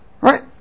Right